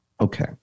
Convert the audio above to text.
Okay